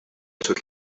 took